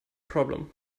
problem